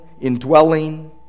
indwelling